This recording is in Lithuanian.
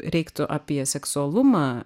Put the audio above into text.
reiktų apie seksualumą